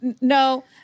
no